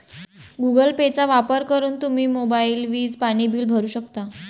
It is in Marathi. गुगल पेचा वापर करून तुम्ही मोबाईल, वीज, पाणी बिल भरू शकता